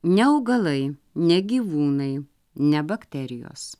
ne augalai ne gyvūnai ne bakterijos